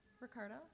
Ricardo